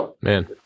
Man